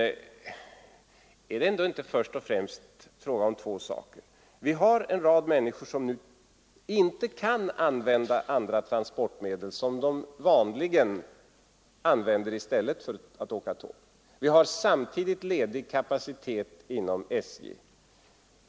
Men det är ändå först och främst fråga om två saker: Vi har en rad människor som nu inte kan använda de transportmedel som de vanligen använder i stället för att åka tåg. Vi har samtidigt ledig kapacitet inom SJ.